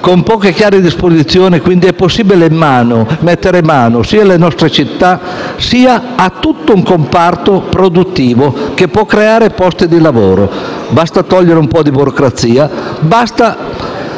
Con poche e chiare disposizioni, quindi, è possibile mettere mano sia alle nostre città sia a tutto un comparto produttivo che può creare posti di lavoro. Basta togliere un po' di burocrazia, basta